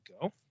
go